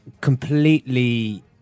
completely